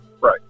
Right